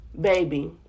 baby